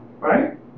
Right